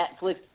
Netflix